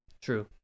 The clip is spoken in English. true